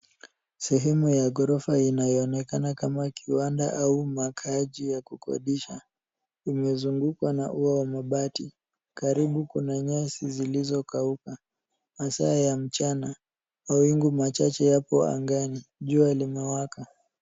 Sehemu ya ghorofa inayoonekana kama kiwanda au makaaji ya kukodisha. Imezungukwa na ua wa mabati. Karibu kuna nyasi zilizokauka. Masaa ya mchana, mawingu machache yapo angani. Jua limewaka.